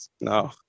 no